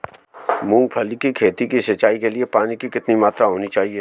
मूंगफली की खेती की सिंचाई के लिए पानी की कितनी मात्रा होनी चाहिए?